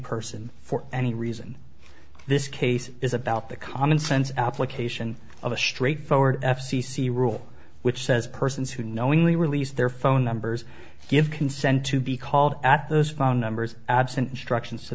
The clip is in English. person for any reason this case is about the commonsense application of a straightforward f c c rule which says persons who knowingly release their phone numbers give consent to be called at those phone numbers absent instructions to